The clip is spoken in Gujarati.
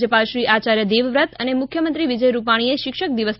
રાજ્યપાલ શ્રી આચાર્ય દેવવ્રત અને મુખ્યમંત્રી વિજય રૂપાણીએ શિક્ષક દિવસ